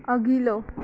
अघिल्लो